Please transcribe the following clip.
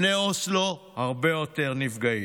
לפני אוסלו, הרבה יותר נפגעים.